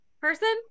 person